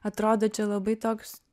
atrodo čia labai toks